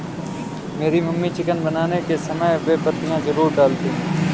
मेरी mummy chicken बनाने के समय बे पत्तियां जरूर डालती हैं